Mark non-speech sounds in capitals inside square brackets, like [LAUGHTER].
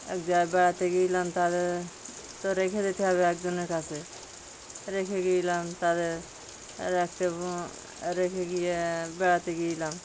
এক জায়গায় বেড়াতে গিয়েছিলাম তাদের তো রেখে যেতে হবে একজনের কাছে রেখে গিয়েছিলাম তাদের আর একটা [UNINTELLIGIBLE] রেখে গিয়ে বেড়াতে গিয়েছিলাম